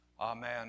Amen